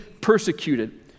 persecuted